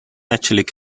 naturally